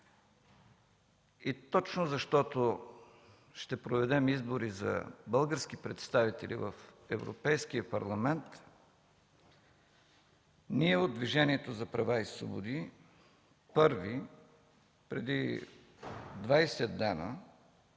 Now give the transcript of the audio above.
и точно защото ще проведем избори за български представители в Европейския парламент, ние от Движението за права и свободи първи, преди 20 дни,